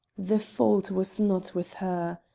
the fault was not with her.